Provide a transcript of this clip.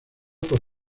por